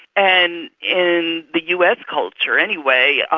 and in the us culture anyway,